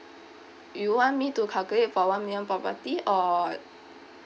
you want me to calculate for one million property or